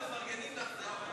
אנחנו מפרגנים לך.